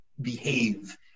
behave